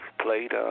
played